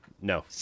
no